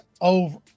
over